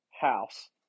house